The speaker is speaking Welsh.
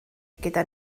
gyda